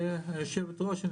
יושבת הראש,